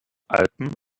alpen